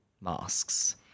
masks